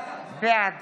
בעד